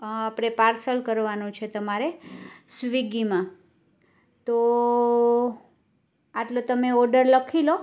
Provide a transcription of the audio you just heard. આપડે પાર્સલ કરવાનું છે તમારે સ્વીગીમાં તો આટલો તમે ઓડર લખી લો